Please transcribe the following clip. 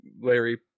Larry